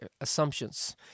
assumptions